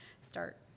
start